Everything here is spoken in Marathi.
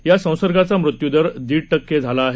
या संसर्गाचा मृत्यूदर दीड टक्के झाला आहे